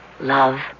Love